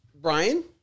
Brian